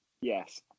Yes